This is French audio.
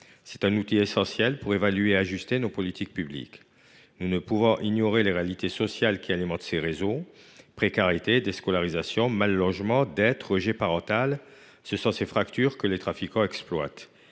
C’est un outil essentiel pour évaluer et ajuster nos politiques publiques. Nous ne pouvons ignorer les réalités sociales qui alimentent ces réseaux : précarité, déscolarisation, mal logement, dettes, rejet parental. Ce sont ces fractures que les trafiquants exploitent.